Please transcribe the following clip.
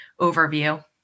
overview